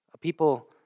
People